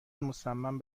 مصمم